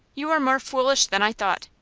you are more foolish than i thought.